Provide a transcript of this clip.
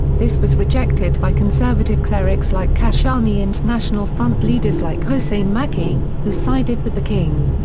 this was rejected by conservative clerics like kashani and national front leaders like hossein makki, who sided with the king.